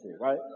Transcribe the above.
right